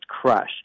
crush